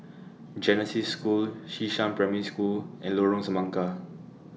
Genesis School Xishan Primary School and Lorong Semangka